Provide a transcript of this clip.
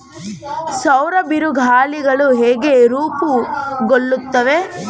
ಸೌರ ಬಿರುಗಾಳಿಗಳು ಹೇಗೆ ರೂಪುಗೊಳ್ಳುತ್ತವೆ?